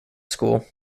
school